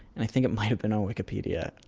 and i think it might have been on wikipedia.